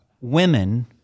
women